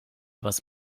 was